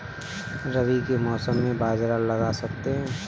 रवि के मौसम में बाजरा लगा सकते हैं?